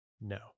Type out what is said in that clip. No